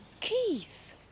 Keith